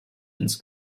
ins